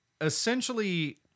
essentially